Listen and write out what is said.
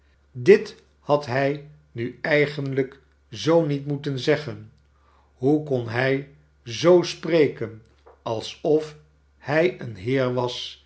dit had hij nu eigenlijk zoo niet moeten zeggen hoe kon hij zoo spreken alsof hij een heer was